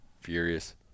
Furious